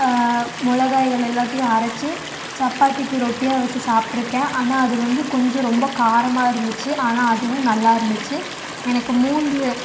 மிளகாய்கள் எல்லாத்தையும் அரைச்சி சப்பாத்திக்கு ரொட்டியாக வச்சு சாப்பிட்ருக்கேன் ஆனால் அது வந்து கொஞ்சம் ரொம்ப காரமாக இருந்துச்சு ஆனால் அதுவும் நல்லாயிருந்துச்சி எனக்கு மூன்று